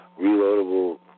reloadable